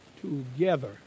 together